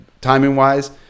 timing-wise